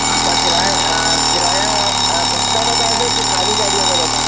आपका किराया हाँ किराया बस का बता दें कि सारी गाड़ियों का बता दें